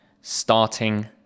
starting